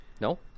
no